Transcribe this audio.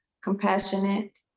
compassionate